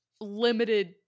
limited